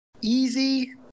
easy